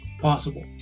possible